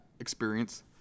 experience